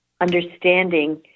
understanding